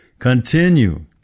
continue